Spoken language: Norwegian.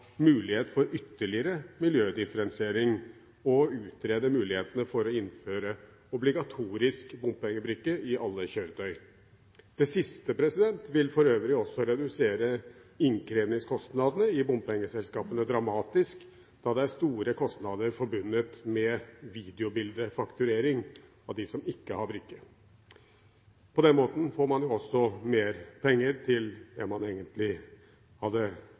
for ytterligere miljødifferensiering og å få utredet mulighetene for å innføre obligatorisk bompengebrikke i alle kjøretøy. Det siste vil for øvrig også redusere innkrevningskostnadene i bompengeselskapene dramatisk, da det er store kostnader forbundet med videobildefakturering for dem som ikke har brikke. På den måten får man også mer penger til det man egentlig hadde